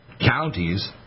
counties